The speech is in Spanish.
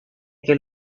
que